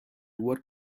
what